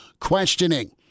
questioning